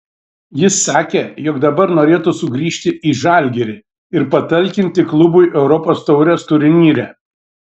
jis sakė jog dabar norėtų sugrįžti į žalgirį ir patalkinti klubui europos taurės turnyre